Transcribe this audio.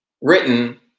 written